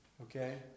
Okay